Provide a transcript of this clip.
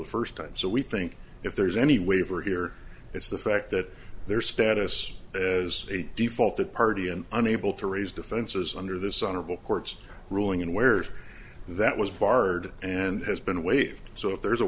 the first time so we think if there's any waiver here it's the fact that their status as a default a party and unable to raise defenses under this honorable court ruling in where's that was barred and has been waived so if there is a